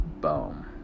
Boom